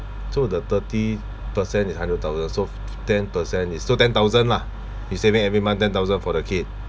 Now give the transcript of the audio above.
so the thirty percent is hundred thousand so ten percent is so ten thousand lah you saving every month ten thousand for the kid